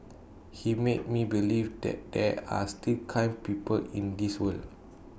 he made me believe that there are still kind people in this world